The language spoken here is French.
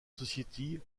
society